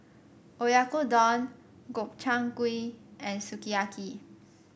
Oyakodon Gobchang Gui and Sukiyaki